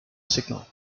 signal